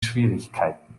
schwierigkeiten